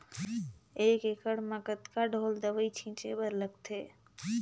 एक एकड़ म कतका ढोल दवई छीचे बर लगथे?